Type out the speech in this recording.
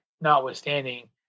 notwithstanding